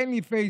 אין לי פייסבוק,